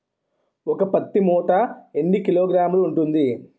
ఒక పత్తి మూట ఎన్ని కిలోగ్రాములు ఉంటుంది?